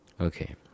Okay